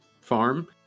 farm